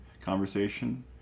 conversation